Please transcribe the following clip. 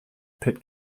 pitt